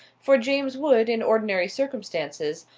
for james would, in ordinary circumstances,